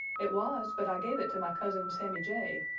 it was, but i gave it to my cousin, sammy jay,